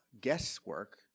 guesswork